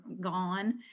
gone